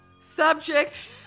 Subject